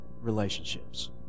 relationships